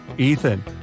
Ethan